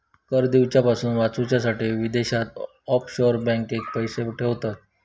कर दिवच्यापासून वाचूच्यासाठी विदेशात ऑफशोअर बँकेत पैशे ठेयतत